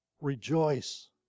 rejoice